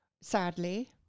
sadly